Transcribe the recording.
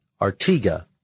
Artiga